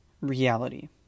reality